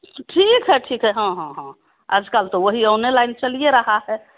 ठीक है ठीक है हाँ हाँ हाँ आज कल तो वही ऑनलाइन चल ही रहा है